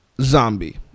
zombie